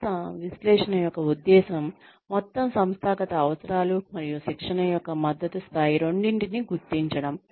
సంస్థ విశ్లేషణ యొక్క ఉద్దేశ్యం మొత్తం సంస్థాగత అవసరాలు మరియు శిక్షణ యొక్క మద్దతు స్థాయి రెండింటినీ గుర్తించడం